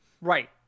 Right